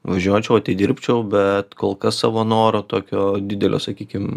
važiuočiau atidirbčiau bet kol kas savo noro tokio didelio sakykim